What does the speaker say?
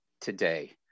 today